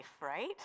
right